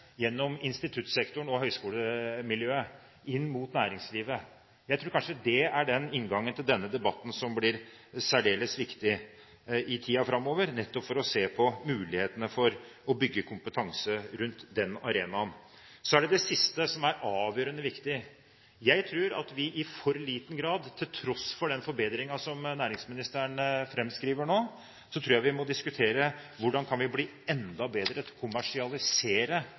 gjennom instituttsektoren og høyskolemiljøet inn mot næringslivet. Jeg tror kanskje det er den inngangen til denne debatten som blir særdeles viktig i tiden framover, nettopp for å se på mulighetene for å bygge kompetanse rundt den arenaen. Så er det det siste, som er avgjørende viktig. Til tross for den forbedringen som næringsministeren framskriver nå, tror jeg vi må diskutere hvordan vi kan bli enda bedre på å kommersialisere